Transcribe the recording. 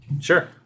Sure